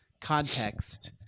context